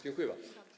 Dziękuję bardzo.